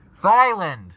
Thailand